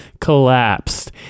collapsed